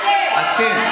אתם,